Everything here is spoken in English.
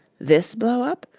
this blow up,